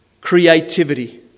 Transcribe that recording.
creativity